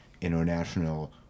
international